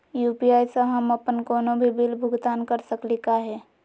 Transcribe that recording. UPI स हम अप्पन कोनो भी बिल भुगतान कर सकली का हे?